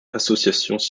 associations